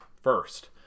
first